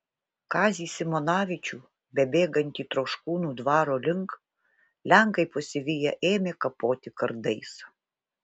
kazį simonavičių bebėgantį troškūnų dvaro link lenkai pasiviję ėmė kapoti kardais